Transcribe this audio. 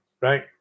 right